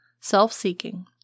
self-seeking